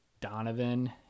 Donovan